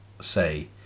say